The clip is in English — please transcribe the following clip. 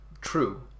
True